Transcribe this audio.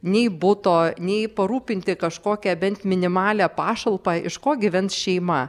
nei buto nei parūpinti kažkokią bent minimalią pašalpą iš ko gyvens šeima